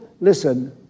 listen